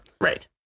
right